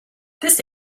this